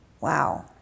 Wow